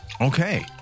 Okay